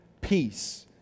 peace